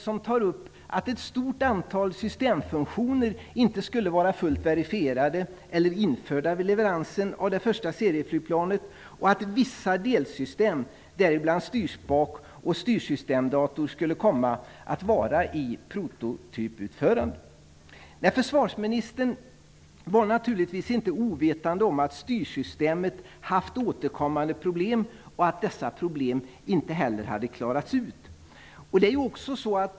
Där tas upp att ett stort antal systemfunktioner inte skulle vara fullt verifierade eller införda vid leveransen av det fösta serieflygplanet och att vissa delsystem, däribland styrspak och styrsystemdator, skulle komma att vara i prototyputförande. Men försvarsministern var naturligtvis inte ovetande om att det hade varit återkommande problem med styrsystemet och att dessa problem inte hade klarats ut.